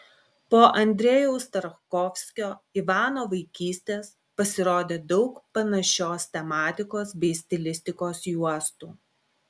po andrejaus tarkovskio ivano vaikystės pasirodė daug panašios tematikos bei stilistikos juostų